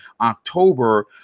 October